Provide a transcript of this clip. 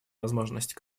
возможность